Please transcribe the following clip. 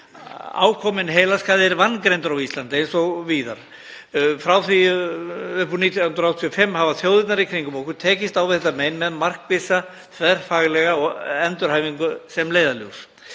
Ákominn heilaskaði er vangreindur á Íslandi eins og víðar. Frá því upp úr 1985 hafa þjóðirnar í kringum okkur tekist á við þetta mein með markvissa þverfaglega endurhæfingu sem leiðarljós.